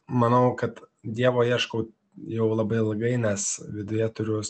manau kad dievo ieškau jau labai ilgai nes viduje turiu